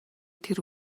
тэр